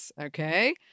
Okay